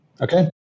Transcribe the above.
Okay